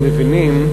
מבינים,